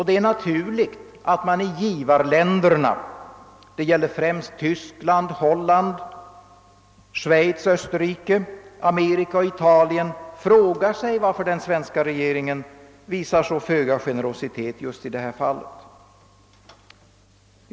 Det är naturligt att man i givarländerna — det är främst Tyskland, Holland, Schweiz, Österrike, Amerika och Italien — frågar sig varför den svenska regeringen visar så ringa generositet just i detta fall.